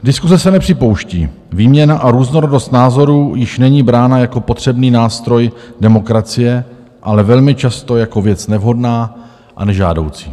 Diskuse se nepřipouští, výměna a různorodost názorů již není brána jako potřebný nástroj demokracie, ale velmi často jako věc nevhodná a nežádoucí.